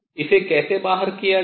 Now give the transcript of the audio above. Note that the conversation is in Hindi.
इसे कैसे बाहर किया जाए